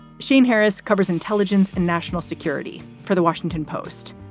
shane harris covers intelligence and national security for the washington post.